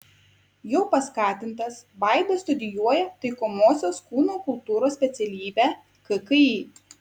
jo paskatintas vaidas studijuoja taikomosios kūno kultūros specialybę kki